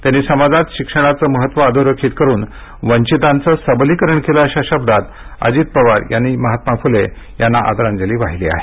त्यांनी समाजात शिक्षणाचं महत्व अधोरेखित करून वंचितांचं सबलीकरण केलं अशा शब्दात अजित पवार यांनी महात्मा फुले यांना आंदराजली वाहिली आहे